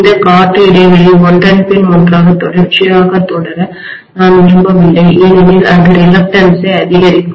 இந்த காற்று இடைவெளி ஒன்றன்பின் ஒன்றாக தொடர்ச்சியாக தொடர நான் விரும்பவில்லை ஏனெனில் அது தயக்கத்தைரிலக்டன்ஸ் ஐ அதிகரிக்கும்